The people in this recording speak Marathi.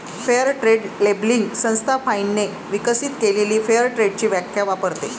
फेअर ट्रेड लेबलिंग संस्था फाइनने विकसित केलेली फेअर ट्रेडची व्याख्या वापरते